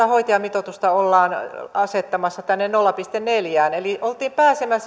hoitajamitoitusta ollaan asettamassa nolla pilkku neljään eli oltiin pääsemässä